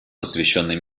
посвященной